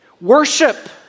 Worship